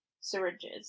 syringes